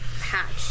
patch